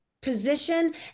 position